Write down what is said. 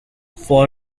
for